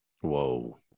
Whoa